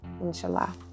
inshallah